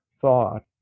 thought